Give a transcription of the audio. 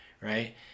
Right